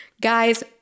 Guys